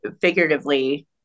figuratively